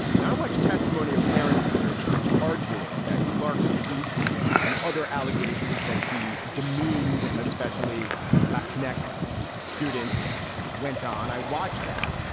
now, i watch testimony of parents in the district arguing that clark's tweets and other allegations that she demeaned, especially latin ex students went on. i watched that.